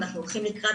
ואנחנו הולכים לקראת,